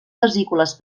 vesícules